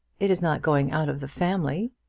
it is not going out of the family.